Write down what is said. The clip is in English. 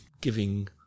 giving